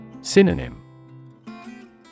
Synonym